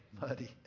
muddy